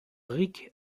rick